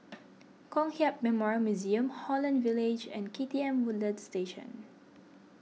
Kong Hiap Memorial Museum Holland Village and K T M Woodlands Station